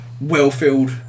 well-filled